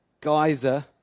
geyser